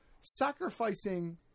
sacrificing